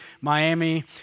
Miami